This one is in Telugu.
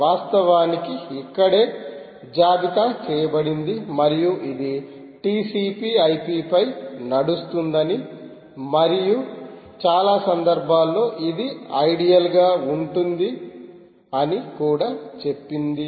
వాస్తవానికి ఇక్కడే జాబితా చేయబడింది మరియు ఇది TCP IP పై నడుస్తుందని మరియు చాలా సందర్భాల్లో ఇది ఐడియల్ గా ఉంటుంది అని కూడా చెప్పింది